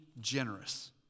generous